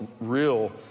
real